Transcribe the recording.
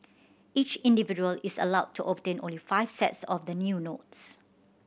each individual is allowed to obtain only five sets of the new notes